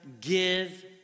give